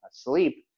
asleep